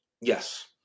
Yes